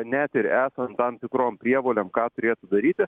net ir esant tam tikrom prievolėm ką turėtų daryti